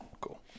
cool